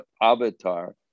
avatar